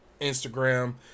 Instagram